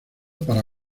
para